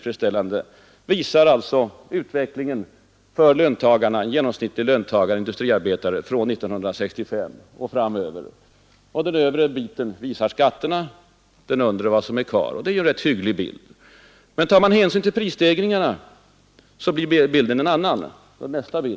För den genomsnittlige industriarbetaren kan enligt dessa uppgifter utvecklingen från 1965 och framåt tyckas tillfredsställande, om man tar hänsyn till lönens och skatternas storlek och vad som därefter blir kvar. Men tar man också hänsyn till prisstegringarna blir bilden en annan.